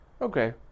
Okay